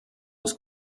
aus